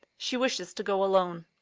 she wishes to go alone.